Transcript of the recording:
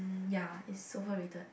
ya it's overrated